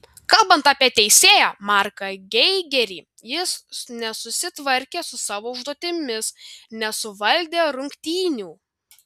kalbant apie teisėją marką geigerį jis nesusitvarkė su savo užduotimis nesuvaldė rungtynių